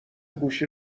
گوشی